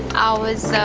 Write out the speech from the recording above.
i was so